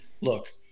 look